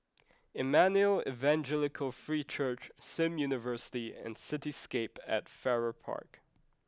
Emmanuel Evangelical Free Church Sim University and Cityscape at Farrer Park